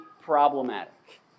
problematic